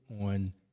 on